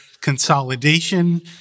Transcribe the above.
consolidation